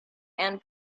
end